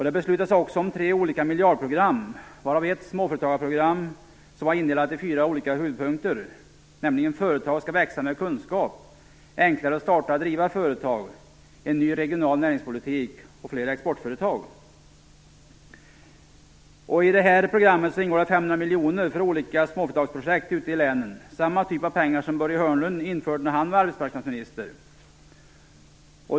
Det beslutades även om tre olika miljardprogram, varav ett småföretagarprogram som var indelat i fyra olika huvudpunkter: - Företag skall växa med kunskap I detta program ingår 500 miljoner för olika småföretagsprojekt ute i länen, samma typ av anslag som Börje Hörnlund införde när han var arbetsmarknadsminister.